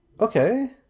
Okay